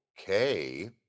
okay